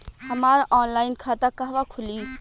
हमार ऑनलाइन खाता कहवा खुली?